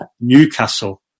Newcastle